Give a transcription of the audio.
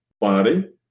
body